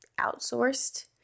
outsourced